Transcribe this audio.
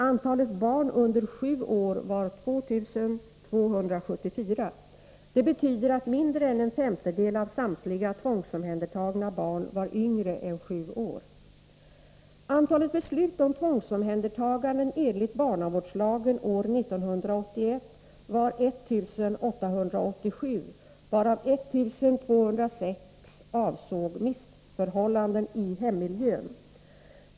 Antalet barn under 7 år var 2 274. Det betyder att mindre än en femtedel av samtliga tvångsomhändertagna barn var yngre än 7 år. Antalet beslut år 1981 om tvångsomhändertaganden enligt barnavårdslagen var 1 887, varav 1 206 avsåg missförhållanden i hemmiljön.